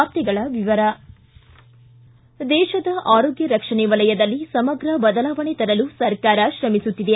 ವಾರ್ತೆಗಳ ವಿವರ ದೇಶದ ಆರೋಗ್ಡ ರಕ್ಷಣೆ ವಲಯದಲ್ಲಿ ಸಮಗ್ರ ಬದಲಾವಣೆ ತರಲು ಸರ್ಕಾರ ತ್ರಮಿಸುತ್ತಿದೆ